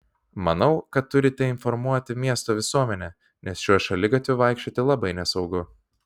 manau kad turite informuoti miesto visuomenę nes šiuo šaligatviu vaikščioti labai nesaugu